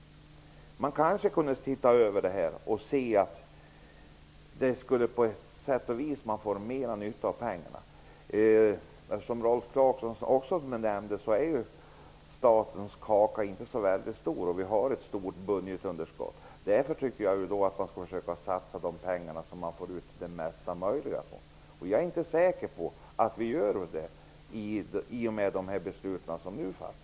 Man kanske skulle kunna se över om man skulle kunna få mera nytta av pengarna. Som Rolf Clarkson också nämnde är statens kaka inte så stor. Vi har ett stort budgetunderskott. Därför tycker jag att man skall försöka satsa pengarna på det som man får ut det mesta möjliga av. Jag är inte säker på att vi gör det i och med de beslut som nu fattas.